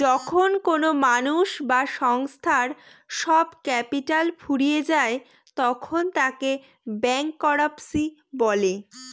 যখন কোনো মানুষ বা সংস্থার সব ক্যাপিটাল ফুরিয়ে যায় তখন তাকে ব্যাংকরাপসি বলে